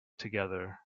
together